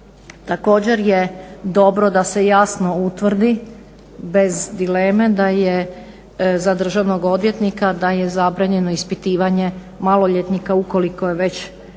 Također je dobro da se jasno utvrdi bez dileme da je za državnog odvjetnika da je zabranjeno ispitivanje maloljetnika ukoliko je već